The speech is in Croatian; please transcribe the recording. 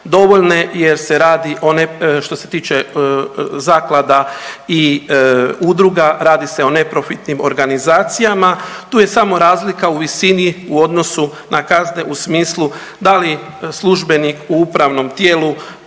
dovoljne jer se radi, što se tiče zaklada i udruga, radi se o neprofitnim organizacijama. Tu je samo razlika u visini u odnosu na kazne u smislu da li službenik u upravnom tijelu